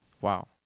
Wow